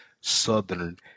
Southern